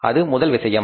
இது முதல் விஷயம்